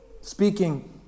speaking